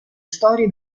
storie